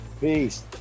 Peace